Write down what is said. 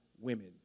women